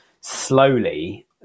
slowly